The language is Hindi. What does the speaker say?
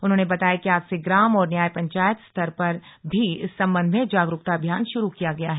उन्होंने बताया कि आज से ग्राम और न्यायपंचायत स्तर पर भी इस सम्बंध में जागरूकता अभियान शुरू किया गया है